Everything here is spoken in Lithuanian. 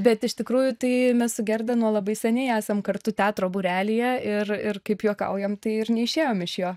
bet iš tikrųjų tai mes su gerda nuo labai seniai esam kartu teatro būrelyje ir ir kaip juokaujam tai ir neišėjom iš jo